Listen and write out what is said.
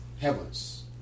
heavens